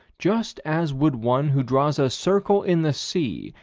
just as would one who draws a circle in the sea,